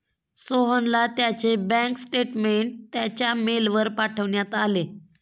सोहनला त्याचे bank statement त्याच्या मेलवर पाठवण्यात आले